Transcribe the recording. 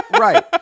Right